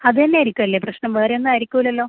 അതുതന്നെ ആയിരിക്കുമല്ലേ പ്രശ്നം വേറെ ഒന്നും ആയിരിക്കില്ലല്ലോ